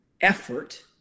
effort